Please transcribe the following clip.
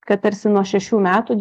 kad tarsi nuo šešių metų